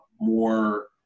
more